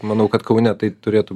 manau kad kaune tai turėtų